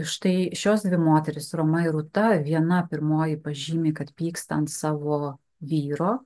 štai šios dvi moterys roma ir rūta viena pirmoji pažymi kad pyksta ant savo vyro